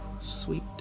sweet